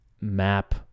map